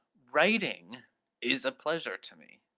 writing is a pleasure to me,